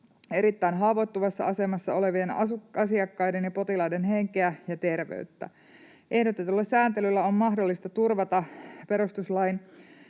erittäin haavoittuvassa asemassa olevien asiakkaiden ja potilaiden henkeä ja terveyttä. Ehdotetulla sääntelyllä on mahdollista turvata perustuslain